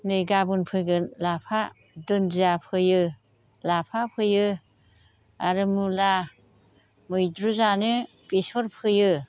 नै गाबोन फोगोन लाफा दुन्दिया फोयो लाफा फोयो आरो मुला मैद्रु जानो बेसर फोयो